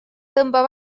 tõmba